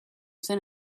zen